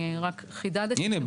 רק חידדתי --- הנה,